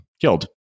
killed